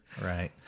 Right